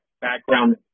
background